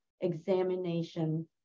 examination